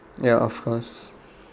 ya of course